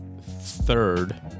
third